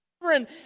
children